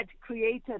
created